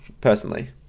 personally